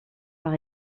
par